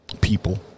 people